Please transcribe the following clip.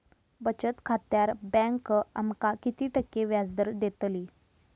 बचत खात्यार बँक आमका किती टक्के व्याजदर देतली?